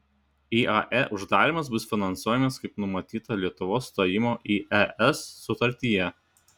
iae uždarymas bus finansuojamas kaip numatyta lietuvos stojimo į es sutartyje